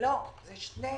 עד שעה